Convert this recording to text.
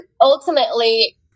ultimately